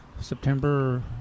september